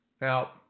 Now